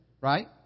Right